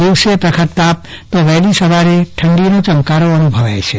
દિવસે પ્રખર તાપ તો વહેલી સવારે ઠંડીનો ચમકારો અનુભવાય છે